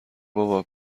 بابا